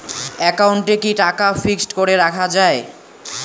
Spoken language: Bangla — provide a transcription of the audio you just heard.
একাউন্টে কি টাকা ফিক্সড করে রাখা যায়?